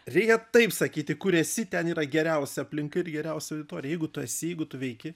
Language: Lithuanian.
reikia taip sakyti kur esi ten yra geriausia aplinka ir geriausia auditorija jeigu tu esi jeigu tu veiki